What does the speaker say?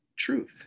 truth